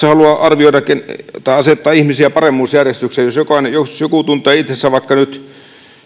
halua arvioida tai asettaa ihmisiä paremmuusjärjestykseen jos joku tuntee itsensä vaikka nyt